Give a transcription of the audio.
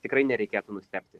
tikrai nereikėtų nustebti